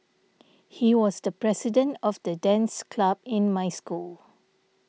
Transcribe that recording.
he was the president of the dance club in my school